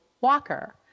walker